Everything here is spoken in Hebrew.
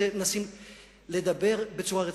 מנסים לדבר בצורה רצינית.